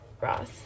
Ross